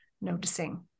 noticing